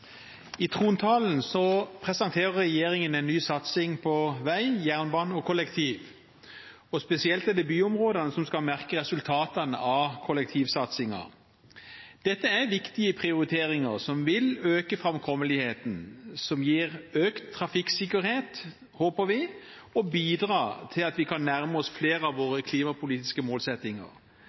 I trontalen presenterer regjeringen en ny satsing på vei, jernbane og kollektiv, og spesielt er det byområdene som skal merke resultatene av kollektivsatsingen. Dette er viktige prioriteringer som vil øke framkommeligheten og gi økt trafikksikkerhet – håper vi – og bidra til at vi kan nærme oss flere av våre klimapolitiske målsettinger.